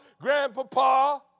grandpapa